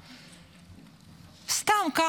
לא.